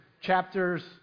chapters